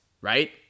right